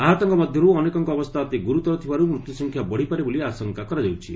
ଆହତଙ୍କ ମଧ୍ୟରୁ ଅନେକଙ୍କ ଅବସ୍ଥା ଅତି ଗୁରୁତର ଥିବାରୁ ମୃତ୍ୟୁସଂଖ୍ୟା ବଢ଼ିପାରେ ବୋଲି ଆଶଙ୍କା କରାଯାଉଛି